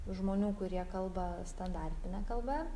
žmonių kurie kalba standartine kalba